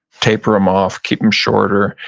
taper them off, keep them shorter,